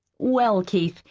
well, keith,